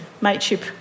mateship